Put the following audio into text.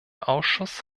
ausschuss